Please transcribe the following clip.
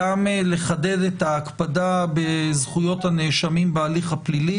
לחדד את ההקפדה על זכויות הנאשמים בהליך הפלילי.